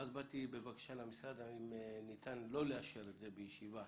ואז באתי בבקשה למשרד אם ניתן לא לאשר את זה בישיבה